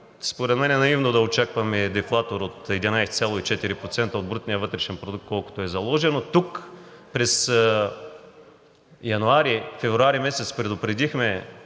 Според мен е наивно да очакваме дефлатор от 11,4% от брутния вътрешен продукт, колкото е заложено. Тук през януари и февруари месец предупредихме